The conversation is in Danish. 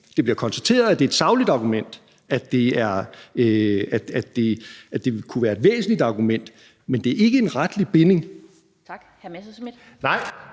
Det bliver konstateret, at det er et sagligt argument, at det kunne være et væsentligt argument, men det er ikke en retlig binding.